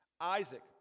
Isaac